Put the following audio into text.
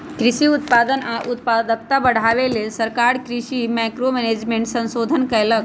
कृषि उत्पादन आ उत्पादकता बढ़ाबे लेल सरकार कृषि मैंक्रो मैनेजमेंट संशोधन कएलक